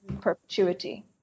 perpetuity